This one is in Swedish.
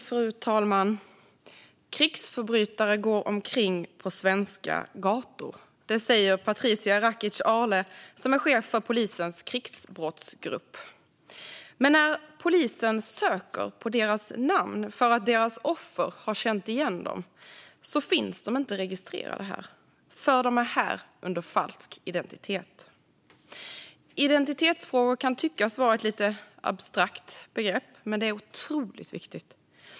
Fru talman! Krigsförbrytare går omkring på svenska gator. Det säger Patricia Rakic Arle som är chef för polisens krigsbrottsgrupp. Men när polisen söker på deras namn för att deras offer har känt igen dem finns de inte registrerade här, för de är här under falsk identitet. Identitetsfrågor kan tyckas vara lite abstrakt, men de är otroligt viktiga.